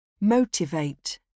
motivate